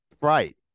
right